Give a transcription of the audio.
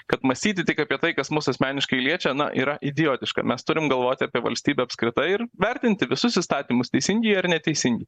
kad mąstyti tik apie tai kas mus asmeniškai liečia na yra idiotiška mes turim galvoti apie valstybę apskritai ir vertinti visus įstatymus teisingi jie ar neteisingi